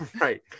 right